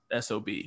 SOB